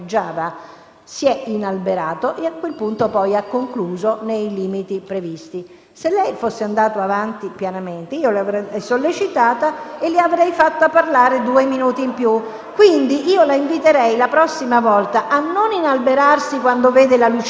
si è inalberato e a quel punto poi ha concluso nei limiti previsti. Se lei fosse andato avanti pianamente, io l'avrei sollecitata e le avrei concesso di parlare due minuti in più. Quindi la inviterei, la prossima volta, a non inalberarsi quando vede la lucetta e ad affidarsi